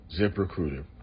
ZipRecruiter